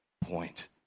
point